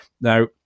Now